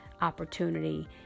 opportunity